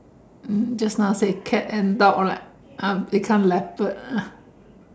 um just now say cat and dog lah uh become leopard